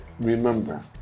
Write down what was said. remember